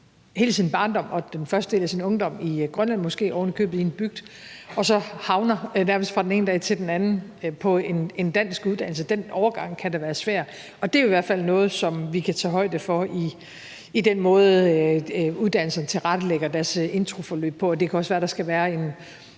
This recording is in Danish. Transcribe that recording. hele sin barndom og den første del af sin ungdom i Grønland og måske ovenikøbet i en bygd og så nærmest fra den ene dag til den anden havner på en dansk uddannelse, kan den overgang da være svær. Det er i hvert fald noget, som vi kan tage højde for i den måde, uddannelserne tilrettelægger deres introforløb på, og det kan også være, der skal være en